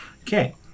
Okay